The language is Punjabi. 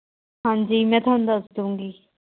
ਹਾਂਜੀ ਮੈਂ ਤੁਹਾਨੂੰ ਦੱਸ ਦਵਾਂਗੀ